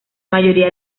mayoría